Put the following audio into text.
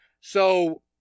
So-